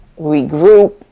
regroup